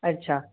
अच्छा